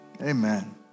Amen